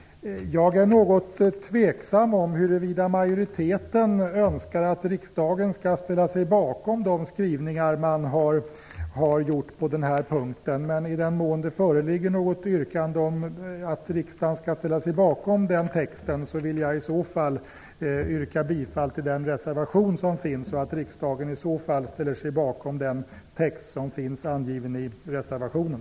Jag är något tveksam om huruvida utskottsmajoriteten önskar att riksdagen skall ställa sig bakom de skrivningar man har gjort på den här punkten. I den mån det föreligger något yrkande om att riksdagen skall ställa sig bakom majoritetstexten, vill jag yrka bifall till den reservation som finns, så att riksdagen i så fall ställer sig bakom den text som finns angiven i reservationen.